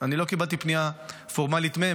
אני לא קיבלתי פנייה פורמלית מהם.